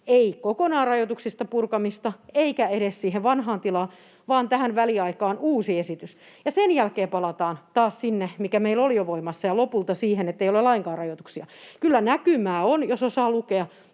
kokonaan eikä edes siirtymistä siihen vanhaan tilaan, vaan tähän väliaikaan uusi esitys? Sen jälkeen palataan taas sinne, mikä meillä oli jo voimassa, ja lopulta siihen, että ei ole lainkaan rajoituksia. Kyllä näkymää on, jos osaa lukea